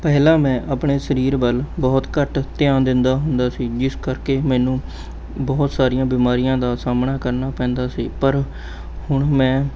ਪਹਿਲਾਂ ਮੈਂ ਆਪਣੇ ਸਰੀਰ ਵੱਲ ਬਹੁਤ ਘੱਟ ਧਿਆਨ ਦਿੰਦਾ ਹੁੰਦਾ ਸੀ ਜਿਸ ਕਰਕੇ ਮੈਨੂੰ ਬਹੁਤ ਸਾਰੀਆਂ ਬਿਮਾਰੀਆਂ ਦਾ ਸਾਹਮਣਾ ਕਰਨਾ ਪੈਂਦਾ ਸੀ ਪਰ ਹੁਣ ਮੈਂ